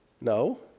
No